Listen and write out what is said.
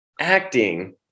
acting